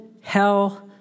hell